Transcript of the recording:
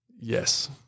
Yes